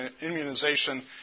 immunization